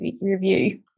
review